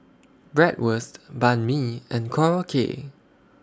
Bratwurst Banh MI and Korokke